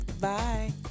Bye